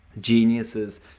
Geniuses